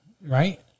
right